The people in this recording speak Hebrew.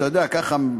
אתה יודע, ככה,